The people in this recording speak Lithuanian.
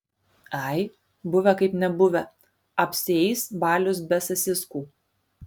ai buvę kaip nebuvę apsieis balius be sasiskų